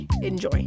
Enjoy